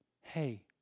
hey